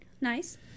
nice